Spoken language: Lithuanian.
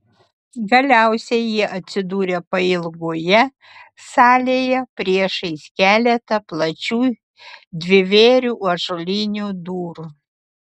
galiausiai jie atsidūrė pailgoje salėje priešais keletą plačių dvivėrių ąžuolinių durų